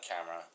camera